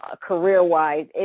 career-wise